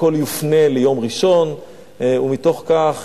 הכול יופנה ליום ראשון, ומתוך כך